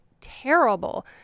terrible